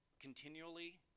continually